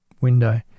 window